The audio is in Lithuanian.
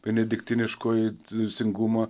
benediktiniškoji teisingumą